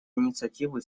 инициативу